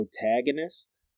protagonist